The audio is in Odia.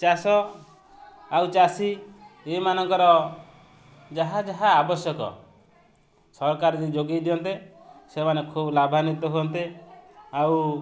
ଚାଷ ଆଉ ଚାଷୀ ଏହିମାନଙ୍କର ଯାହା ଯାହା ଆବଶ୍ୟକ ସରକାର ଯଦି ଯୋଗାଇ ଦିଅନ୍ତେ ସେମାନେ ଖୁବ ଲାଭାନିତ୍ୟ ହୁଅନ୍ତେ ଆଉ